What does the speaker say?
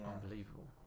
unbelievable